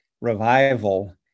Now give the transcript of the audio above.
revival